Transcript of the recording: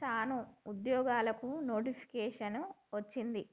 చానా ఉద్యోగాలకు నోటిఫికేషన్ వచ్చింది